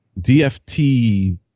DFT